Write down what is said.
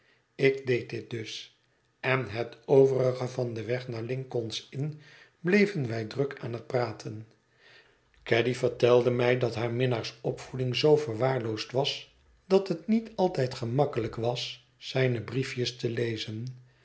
ik deed dit dus en het overige van den weg naar lincoln s inn bleven wij druk aan het praten caddy vertelde mij dat haar minnaars opvoeding zoo verwaarloosd was dat het niet altijd gemakkelijk was zijne briefjes te lezen